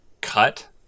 cut